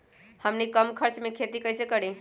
हमनी कम खर्च मे खेती कई से करी?